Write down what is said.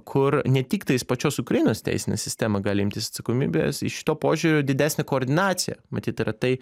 kur ne tik tais pačios ukrainos teisinė sistema gali imtis atsakomybės iš to požiūrio didesnė koordinacija matyt yra tai